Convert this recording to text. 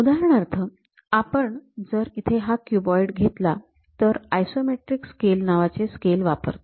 उदाहरणार्थ आपण जर इथे हा क्युबाईड घेतला तर आयसोमेट्रिक स्केल नावाचे स्केल वापरतो